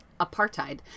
apartheid